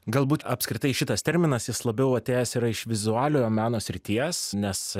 galbūt apskritai šitas terminas jis labiau atėjęs yra iš vizualiojo meno srities nes